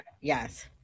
Yes